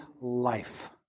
life